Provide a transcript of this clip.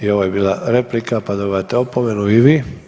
I ovo je bila replika pa dobivate opomenu i vi.